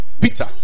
Peter